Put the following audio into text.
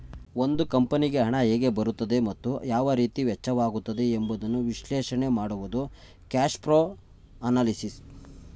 ಒಂದು ಕಂಪನಿಗೆ ಹಣ ಹೇಗೆ ಬರುತ್ತದೆ ಮತ್ತು ಯಾವ ರೀತಿ ವೆಚ್ಚವಾಗುತ್ತದೆ ಎಂಬುದನ್ನು ವಿಶ್ಲೇಷಣೆ ಮಾಡುವುದು ಕ್ಯಾಶ್ಪ್ರೋ ಅನಲಿಸಿಸ್